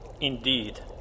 Indeed